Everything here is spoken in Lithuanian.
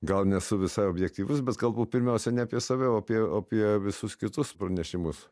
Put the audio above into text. gal nesu visai objektyvus bet kalbu pirmiausia ne apie save o apie o apie visus kitus pranešimus